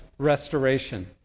restoration